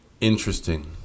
Interesting